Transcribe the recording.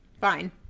Fine